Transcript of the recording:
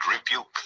rebuke